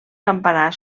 campanar